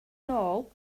nôl